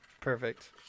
Perfect